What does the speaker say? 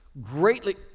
Greatly